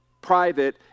private